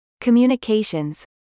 communications